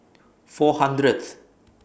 four hundredth